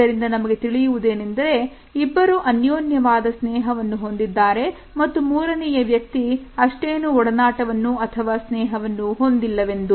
ಇದರಿಂದ ನಮಗೆ ತಿಳಿಯುವುದೇನೆಂದರೆ ಇಬ್ಬರು ಅನ್ಯೋನ್ಯವಾದ ಸ್ನೇಹವನ್ನು ಹೊಂದಿದ್ದಾರೆ ಮತ್ತು ಮೂರನೆಯ ವ್ಯಕ್ತಿ ಅಷ್ಟೇನೂ ಹತ್ತಿರ ಒಡನಾಟವನ್ನು ಅಥವಾ ಸ್ನೇಹವನ್ನು ಹೊಂದಿಲ್ಲವೆಂದು